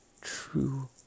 true